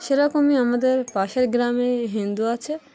সেরকমই আমাদের পাশের গ্রামে হিন্দু আছে